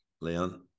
Leon